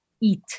eat